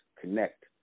connect